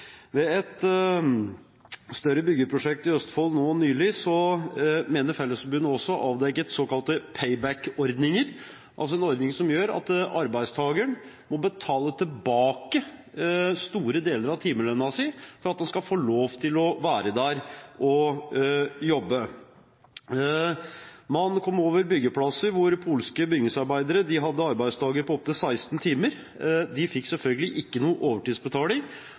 Ved et større byggeprosjekt i Østfold nå nylig mener Fellesforbundet også å ha avdekket såkalte «pay back»-ordninger, altså ordninger som gjør at arbeidstakeren må betale tilbake store deler av timelønna for at han skal få lov til å være der og jobbe. Man kom over byggeplasser hvor polske bygningsarbeidere hadde arbeidsdager på opptil 16 timer, de fikk selvfølgelig ikke noe overtidsbetaling,